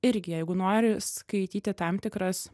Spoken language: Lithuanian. irgi jeigu nori skaityti tam tikras